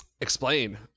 explain